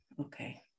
Okay